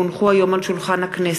כי הונחו היום על שולחן הכנסת,